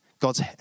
God's